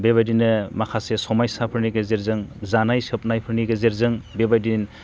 बेबादिनो माखासे समायसाफोरनि गेजेरजों जानाय सोबनायफोरनि गेजेरजों बेबादिनो